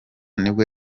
nibwo